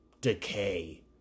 decay